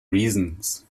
reasons